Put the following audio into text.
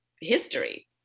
history